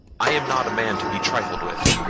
i am not a man to be trifled with.